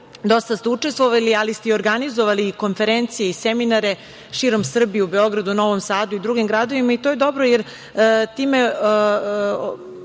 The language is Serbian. Dosta ste učestvovali, ali ste i organizovali konferencije i seminare širom Srbije, u Beogradu, Novom Sadu i drugim gradovima. To je dobro, jer time